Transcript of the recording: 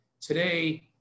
Today